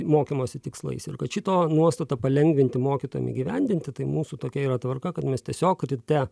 mokymosi tikslais ir kad šito nuostatą palengvinti mokytojam įgyvendinti tai mūsų tokia yra tvarka kad mes tiesiog ryte